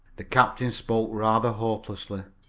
the captain spoke rather hopelessly.